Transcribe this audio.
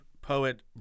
poet